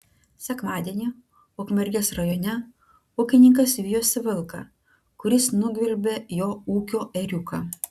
sekmadienį ukmergės rajone ūkininkas vijosi vilką kuris nugvelbė jo ūkio ėriuką